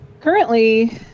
currently